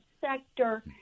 sector